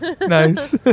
Nice